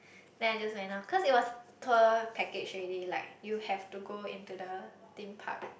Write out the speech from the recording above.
then I just went out cause there was tour package already like you have to go into the theme park